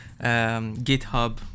GitHub